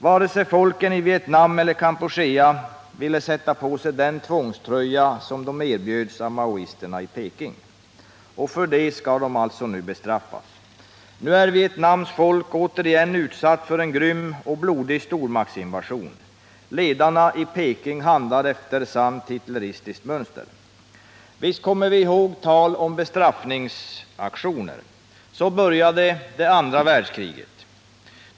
Varken i Vietnam eller i Kampuchea ville folken sätta på sig den tvångströja de erbjöds av maoisterna i Peking. För detta skall de alltså nu bestraffas. Nu är Vietnams folk återigen utsatt för en grym och blodig stormaktsinvasion. Ledarna i Peking handlar efter sant hitleristiskt mönster. Visst kommer vi ihåg talet om bestraffningsaktioner. Så började andra världskriget.